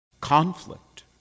conflict